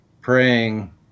praying